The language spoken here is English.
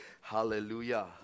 Hallelujah